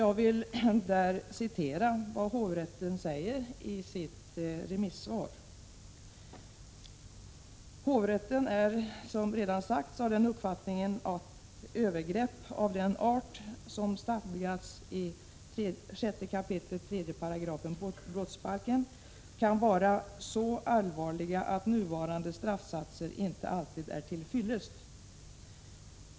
Jag vill citera vad hovrätten säger i sitt remissvar: ”Hovrätten är, som redan sagts, av den uppfattningen, att övergrepp av den art som avses med stadgandet i 6 kap. 3 § brottsbalken kan vara så allvarliga att nuvarande straffsatser inte alltid är till fyllest.